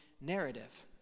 narrative